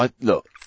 Look